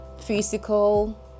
physical